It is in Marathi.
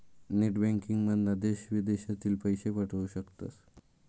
नेट बँकिंगमधना देश विदेशात पैशे पाठवू शकतास